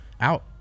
Out